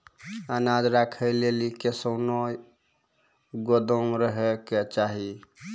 अनाज राखै लेली कैसनौ गोदाम रहै के चाही?